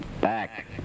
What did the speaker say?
Back